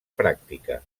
pràctica